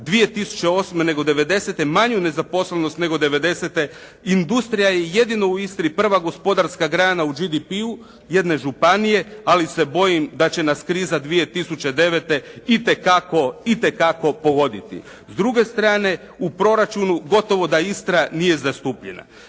2008. nego '90.-te, manju nezaposlenost nego '90.-te, industrija je jedino u Istri prva gospodarska grana u GDP-u jedne županije, ali se bojim da će nas kriza 2009. itekako povoditi. S druge strane u proračunu, gotovo da Istra nije zastupljena.